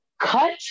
cut